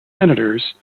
senators